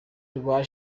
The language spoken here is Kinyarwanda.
rwa